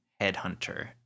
Headhunter